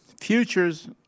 futures